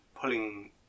pulling